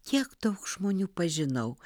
kiek daug žmonių pažinau